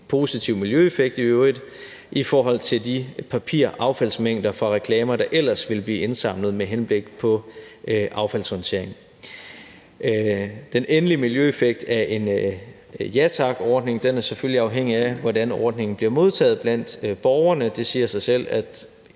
positiv miljøeffekt i øvrigt i forhold til de papiraffaldsmængder fra reklamer, der ellers ville blive indsamlet med henblik på affaldshåndtering. Den endelige miljøeffekt af en Ja Tak-ordning er selvfølgelig afhængig af, hvordan ordningen bliver modtaget blandt borgerne. Det siger sig selv, at